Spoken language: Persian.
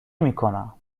میکنم